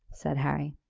said harry.